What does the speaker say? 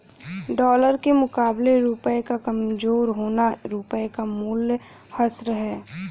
dollar के मुकाबले रुपए का कमज़ोर होना रुपए का मूल्यह्रास है